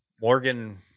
Morgan